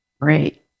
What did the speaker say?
great